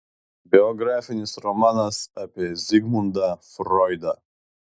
biografinis romanas apie zigmundą froidą